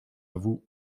vous